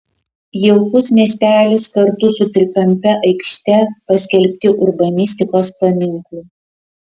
jaukus miestelis kartu su trikampe aikšte paskelbti urbanistikos paminklu